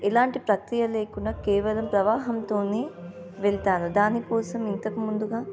ఇలాంటి ప్రక్రియ లేకుండా కేవలం ప్రవాహంతో వెళ్తాను దానికోసం ఇంతకు ముందు